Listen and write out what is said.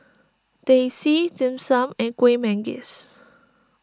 Teh C Dim Sum and Kuih Manggis